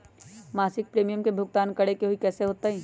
मासिक प्रीमियम के भुगतान करे के हई कैसे होतई?